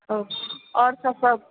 आओर सब सभ